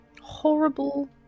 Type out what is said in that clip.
horrible